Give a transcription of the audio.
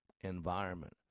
environment